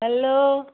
hello